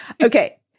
Okay